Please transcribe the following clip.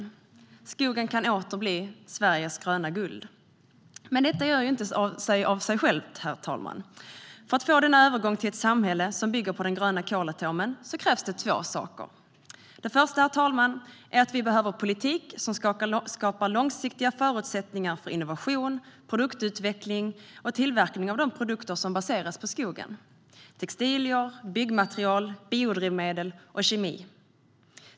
Skogen kan åter bli Sveriges gröna guld. Men detta sker ju inte av sig självt, herr talman. För att få till denna övergång till ett samhälle som bygger på den gröna kolatomen krävs det två saker. Till att börja med, herr talman, behöver vi politik som skapar långsiktiga förutsättningar för innovation, produktutveckling och tillverkning av de produkter som baseras på skogen - textilier, byggmaterial, biodrivmedel och kemi.